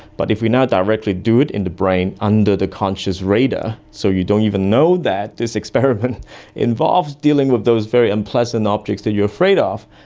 but if we now directly do it in the brain under the conscious radar, so you don't even know that this experiment involves dealing with those very unpleasant objects that you are afraid ah of,